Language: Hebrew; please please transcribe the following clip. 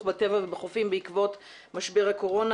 בטבע ובחופים בעקבות משבר הקורונה,